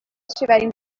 estiverem